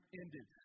ended